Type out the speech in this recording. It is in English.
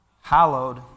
hallowed